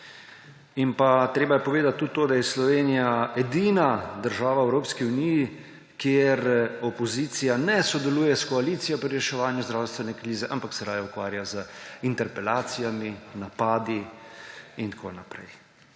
skrbi. Treba je povedati tudi to, da je Slovenija edina država v Evropski uniji, kjer opozicija ne sodeluje s koalicijo pri reševanju zdravstvene krize, ampak se raje ukvarja z interpelacijami, napadi in tako naprej.